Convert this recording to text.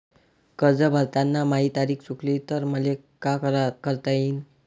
कर्ज भरताना माही तारीख चुकली तर मले का करता येईन?